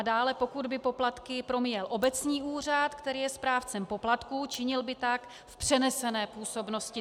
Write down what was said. Dále, pokud by poplatky promíjel obecní úřad, který je správcem poplatků, činil by tak v přenesené působnosti.